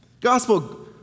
Gospel